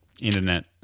internet